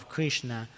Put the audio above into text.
Krishna